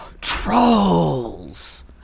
Trolls